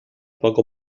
poco